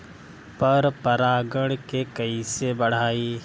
पर परा गण के कईसे बढ़ाई?